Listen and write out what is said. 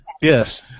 Yes